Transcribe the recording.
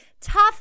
tough